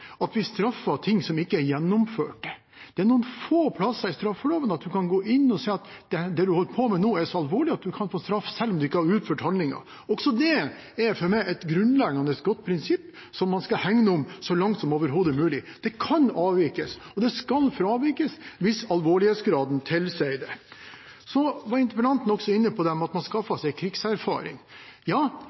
er noen få steder i straffeloven der man kan gå inn og si at det du holder på med nå, er så alvorlig at du kan få straff, selv om du ikke har utført handlingen. Også det er for meg et grunnleggende godt prinsipp som man skal hegne om så langt som overhodet mulig. Det kan avvikes, og det skal fravikes – hvis alvorlighetsgraden tilsier det. Interpellanten var også inne på at man skaffer seg krigserfaring.